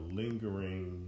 lingering